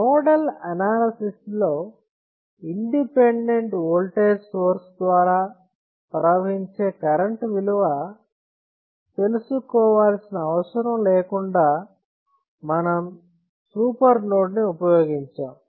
nodal analysis లో independent voltage source ద్వారా ప్రవహించే కరెంట్ విలువ తెలుసుకోవాల్సిన అవసరం లేకుండా మనం సూపర్ నోడ్ని ఉపయోగించాం